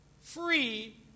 free